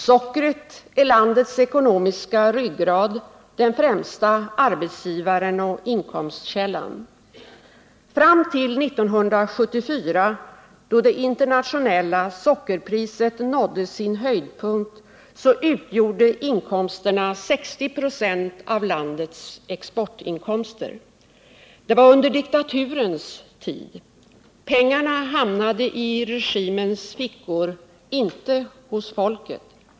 Sockret är landets ekonomiska ryggrad, den främsta arbetsgivaren och inkomstkällan. Fram till 1974, då det internationella sockerpriset nådde sin höjdpunkt, utgjorde inkomsterna 60 96 av landets exportinkomster. Det var under diktaturens tid. Pengarna hamnade i regimens fickor, inte hos folket.